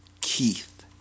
Keith